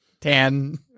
ten